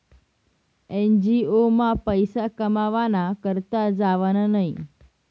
NGO मा पैसा कमावाना करता जावानं न्हयी